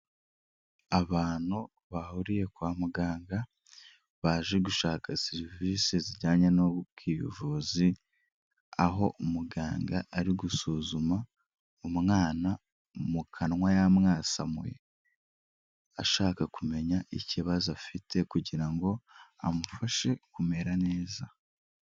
Abantu bahuriye kwa muganga, baje gushaka serivisi zijyanye n'ubwivuzi, aho umuganga ari gusuzuma umwana mu kanwa yamwasamuye, ashaka kumenya ikibazo afite kugira ngo amufashe kumera neza.